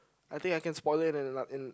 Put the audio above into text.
I think I can spoil her in a in